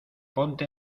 ponte